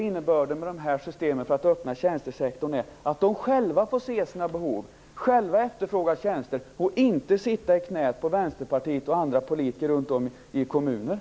Innebörden med systemen för att öppna tjänstesektorn är faktiskt att de själva får se sina behov, själva får efterfråga tjänster och inte behöver sitta i knät på Vänsterpartiet och andra politiker runt om i kommunerna.